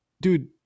dude